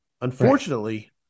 Unfortunately